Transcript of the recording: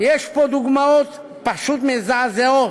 יש פה דוגמאות פשוט מזעזעות